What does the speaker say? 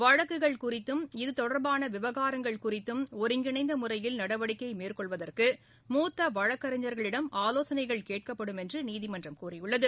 வழக்குகள் குறித்தும் இது தொடர்பான விவகாரங்கள் குறித்தும் ஒருங்கிணைந்த முறையில் நடவடிக்கை மேற்கொள்வதற்கு மூத்த வழக்கறிஞர்களிடம் ஆலோசனைகள் கேட்கப்படும் என்று நீதிமன்றம் கூறியுள்ளது